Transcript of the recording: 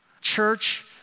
Church